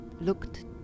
looked